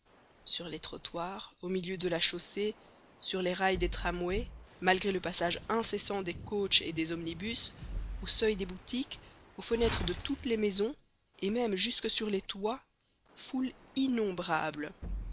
sur les trottoirs au milieu de la chaussée sur les rails des tramways malgré le passage incessant des coaches et des omnibus au seuil des boutiques aux fenêtres de toutes les maisons et même jusque sur les toits foule innombrable